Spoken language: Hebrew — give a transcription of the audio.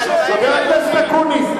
חבר הכנסת אקוניס,